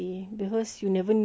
who you encounter with